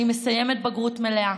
אני מסיימת בגרות מלאה.